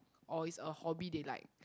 or is a hobby they like